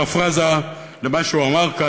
בפרפראזה למה שהוא אמר כאן,